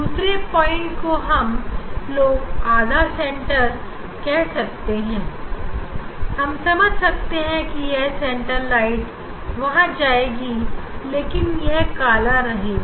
दूसरे पॉइंट को हम लोग आधा सेंटर कह सकते हैं हम समझ सकते हैं कि यह सेंटर लाइट वहां होगी लेकिन यह काला रहेगा